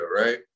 right